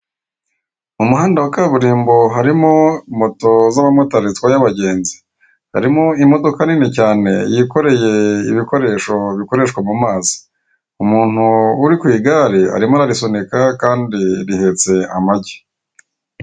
Umuhanda wa kaburimbo harimo moto z'abamotari zitwaye abagenzi, harimo imodoka nini cyane yikoreye ibikoresho bikoreshwa mu mazi. Umuntu uri ku igare arimo ararisunika kandi rihetse amagi.